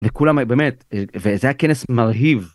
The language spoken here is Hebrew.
לכולם, באמת, וזה היה כנס מרהיב.